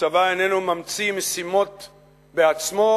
הצבא איננו ממציא משימות בעצמו,